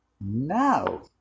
No